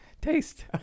taste